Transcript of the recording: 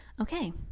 Okay